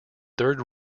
third